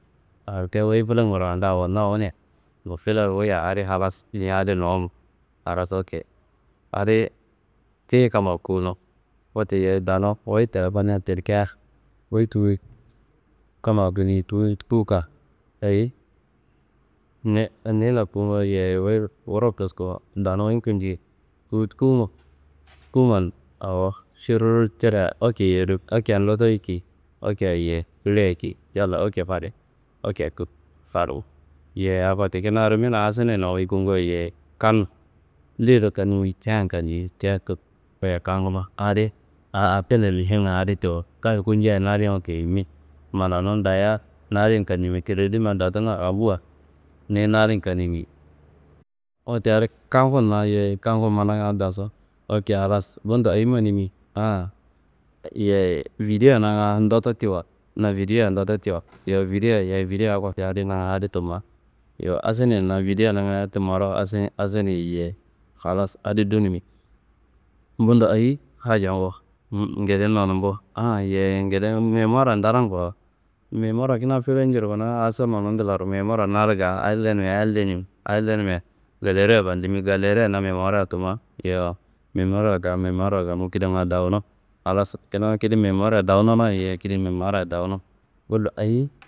Halke wuyi filengurwa nda awonu wune, fileru wuyiya adi halas. Niyi adi nowun, halas oke adi tiyi kammawa kuwuno wote, yeyi danu wuyi telefonniya tilkia wuyi tut kammawa kuni, tut kuka ayi? Ni nina kuwumo yeyi wuyi wu- wuro kuskumo. Danu wuyi kunji, tut kuwumo kuwuman awo širrr ciria oke yedu, okeya ndottoyi ci, okeya yeyi kiliyayi ci, yalla okea fade, okea kup kadumo. Yeyi akoti kina rimina asununa wuyi kunguwa, yeyi kannu ndeyendo kannimi keyeyan kannimi, keyeyan kup goyi kankumo. Adi a apele muhimnga adi tiwo kayi kunjia na adin oke yimi, mananun dayia na adin kannimi kredinumma datunga rambuwa, niyi na adin kannimi. Wote adi kangunna yeyi kangun mananga dasu oke halas, bundo ayi manimi? Aa yeyi vidiyo nanga ndotto tiwo, na vidiya ndotto tiwo, yowo vidiya yeyi akoti adi nanga adi tumma. Yowo asunuyina vidiya nanga adi tummaro asi- asini yeyi, halas adi dunumi. Bundo ayi hajangu? ngede nonumbu aa yeyi, ngede memuwar ndaran kurowo? Memuwarra kina filercurkuna? Asununu nglaro memuwarra na ado gaa adi lenimia adi lenuyi, adi lenimia galeriya fandimi, galereya na memuwarreya tumma. Yowo memuwarraro gaa, memuwarro gamu kidanga dawuno. Halas kina kida memuwarra dawunona yeyi, kida memuwarra dawuno, bundo ayi?